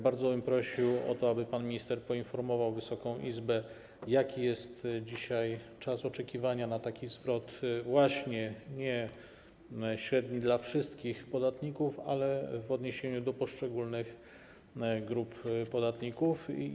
Bardzo bym prosił o to, aby pan minister poinformował Wysoką Izbę, jaki jest dzisiaj czas oczekiwania na taki zwrot - właśnie nie średni dla wszystkich podatników, ale w odniesieniu do poszczególnych grup podatników.